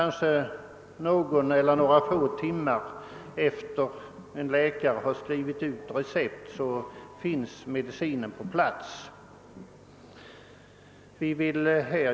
Någon eller några få timmar efter det att en läkare skrivit ut ett recept har medicinen funnits på platsen.